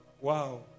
Wow